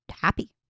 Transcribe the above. happy